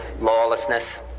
lawlessness